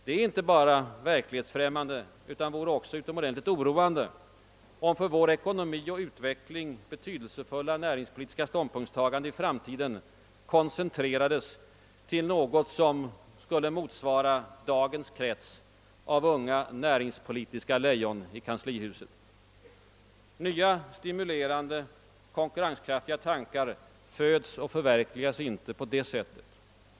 Det är inte bara verklighetsfrämman de utan också utomordentligt oroande om för vår ekonomi och utveckling betydelsefulla näringspolitiska ståndpunktstaganden i framtiden koncentreras till något som skulle motsvara dagens krets av unga »näringspolitiska lejon» i kanslihuset. Nya stimulerande och konkurrenskraftiga tankar föds och förverkligas inte på det sättet.